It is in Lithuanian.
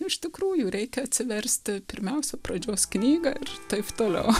iš tikrųjų reikia atsiversti pirmiausia pradžios knygą ir taip toliau